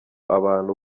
abantu